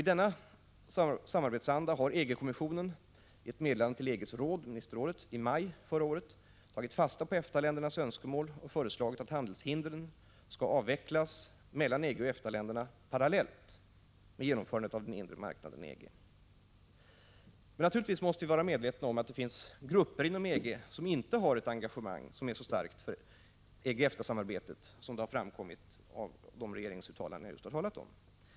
I denna samarbetsanda har EG-kommissionen i ett meddelande till EG:s ministerråd i maj förra året tagit fasta på EFTA-ländernas önskemål och föreslagit att handelshindren skall avvecklas mellan EG och EFTA länderna parallellt med genomförandet av den inre marknaden i EG. Naturligtvis måste vi vara medvetna om att det finns grupper inom EG, som inte har ett engagemang som är så starkt för EG-EFTA-samarbetet som det har framkommit av de regeringsuttalanden som jag just har talat om.